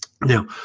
Now